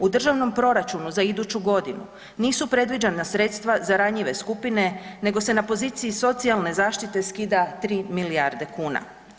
U državnom proračunu za iduću godinu nisu predviđena sredstva za ranjive skupine, nego se na poziciji socijalne zaštite skida 3 milijarde kuna.